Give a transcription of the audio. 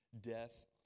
death